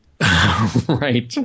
Right